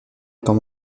comme